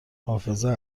حافظه